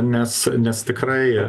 nes nes tikrai